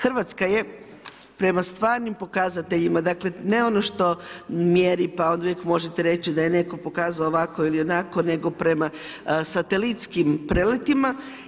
Hrvatska je prema stvarnim pokazateljima, dakle ne ono što mjeri da uvijek možete reći da je netko pokazao ovako ili onako, nego prema satelitskim preletima.